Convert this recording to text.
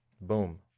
Boom